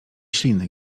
śliny